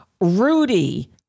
Rudy